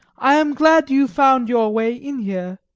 i am glad you found your way in here,